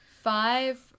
five